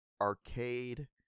arcade